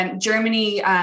Germany